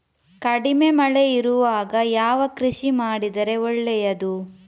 ಕಡಿಮೆ ಮಳೆ ಇರುವಾಗ ಯಾವ ಕೃಷಿ ಮಾಡಿದರೆ ಒಳ್ಳೆಯದು?